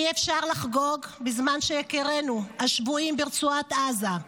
אי-אפשר לחגוג בזמן שיקירינו שבויים ברצועת עזה.